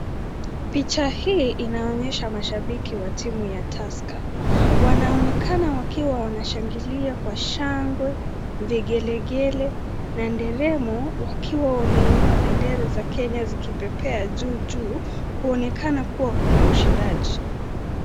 Picha hii inaonyesha mashabiki wa timu ya Tusker. Wanaonekana wakiwa wanashangilia kwa shangwe, vigelegele na nderemo wakiwa wameinua bendera za Kenya zikipepea juu juu kuonekana kuwa kuna ushindaji.